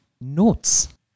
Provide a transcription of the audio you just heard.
notes